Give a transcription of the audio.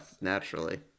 naturally